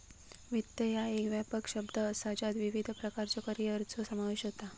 वित्त ह्या एक व्यापक शब्द असा ज्यात विविध प्रकारच्यो करिअरचो समावेश होता